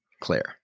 Claire